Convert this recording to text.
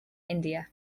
india